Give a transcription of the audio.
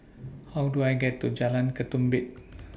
How Do I get to Jalan Ketumbit